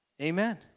Amen